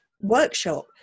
workshop